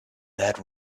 that